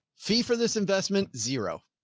fee for this investment. zero